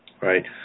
Right